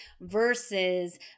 versus